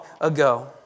ago